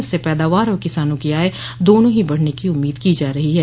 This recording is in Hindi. इससे पैदावार और किसानों की आय दोनों ही बढ़ने की उम्मीद की जा रही है